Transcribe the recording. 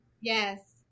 Yes